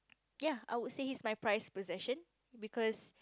ya I would say it's my prize possession because